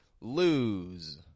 Lose